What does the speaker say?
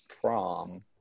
prom